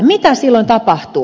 mitä silloin tapahtuu